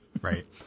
Right